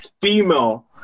female